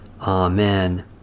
Amen